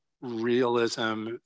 realism